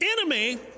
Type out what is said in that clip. enemy